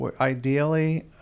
Ideally